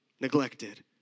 neglected